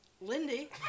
Lindy